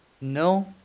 No